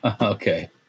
Okay